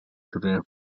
career